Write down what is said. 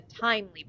timely